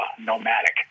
nomadic